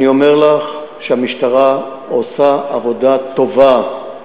אני אומר לך שהמשטרה עושה עבודה טובה,